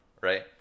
right